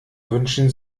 wünschen